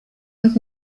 und